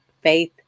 Faith